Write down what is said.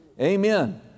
Amen